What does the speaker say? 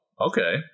okay